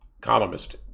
columnist